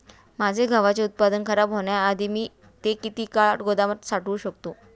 माझे गव्हाचे उत्पादन खराब होण्याआधी मी ते किती काळ गोदामात साठवू शकतो?